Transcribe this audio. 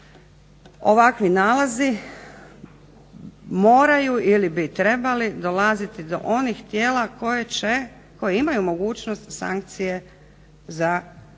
ovakvi nalazi moraju ili bi trebali dolaziti do onih tijela koji imaju mogućnost sankcije za